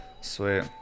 sweet